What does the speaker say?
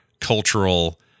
cultural